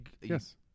Yes